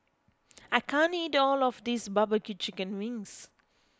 I can't eat all of this Barbecue Chicken Wings